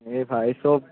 এই ভাই চব